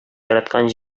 яраткан